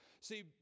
See